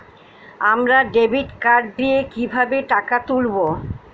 আমরা debit card দিয়ে কিভাবে টাকা তুলবো?